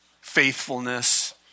faithfulness